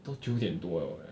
都九点多 liao leh